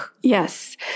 Yes